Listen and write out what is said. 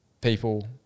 people